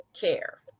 care